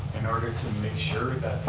in order to make sure that,